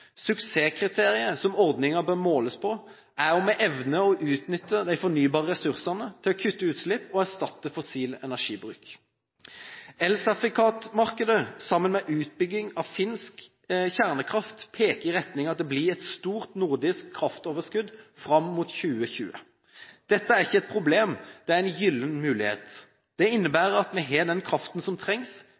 Suksesskriteriet som ordningen bør måles på, er om vi evner å utnytte de fornybare ressursene til å kutte utslipp og erstatte fossil energibruk. Elsertifikatmarkedet, sammen med utbygging av finsk kjernekraft, peker i retning av at det blir et stort nordisk kraftoverskudd fram mot 2020. Dette er ikke et problem, det er en gyllen mulighet. Det innebærer at vi har den kraften som trengs